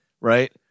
right